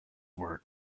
were